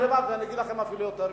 אני אגיד לכם אפילו יותר מזה.